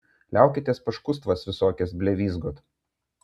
liaukitės paškustvas visokias blevyzgot